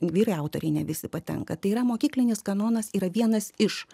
vyrai autoriai ne visi patenka tai yra mokyklinis kanonas yra vienas iš